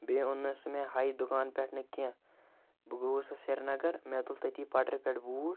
بیٚیہ اوٚن نہٕ سُہ مےٚ ہاے دُکان پٮ۪ٹھ نہٕ کیٚنٛہہ بہٕ گوٚوُس سِریٖنَگَر مےٚ تُل تَتی پَٹرِ پٮ۪ٹھ بوٗٹھ